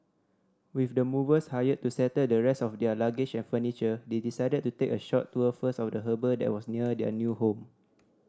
with the movers hired to settle the rest of their luggage and furniture they decided to take a short tour first of the harbour that was near their new home